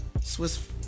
Swiss